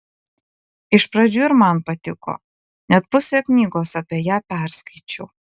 iš pradžių ir man patiko net pusę knygos apie ją perskaičiau